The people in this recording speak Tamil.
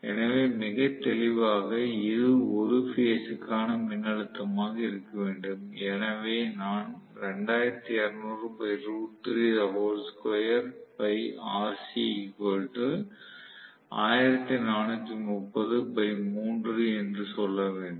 எனவே மிகத் தெளிவாக இது ஒரு பேஸ் க்கான மின்னழுத்தமாக இருக்க வேண்டும் எனவே நான் என்று சொல்ல வேண்டும்